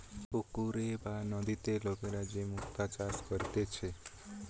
পুকুরে বা নদীতে লোকরা যে মুক্তা চাষ করতিছে